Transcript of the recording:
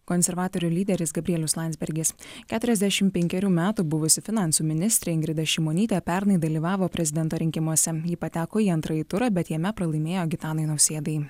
konservatorių lyderis gabrielius landsbergis keturiasdešim penkerių metų buvusi finansų ministrė ingrida šimonytė pernai dalyvavo prezidento rinkimuose ji pateko į antrąjį turą bet jame pralaimėjo gitanui nausėdai